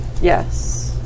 Yes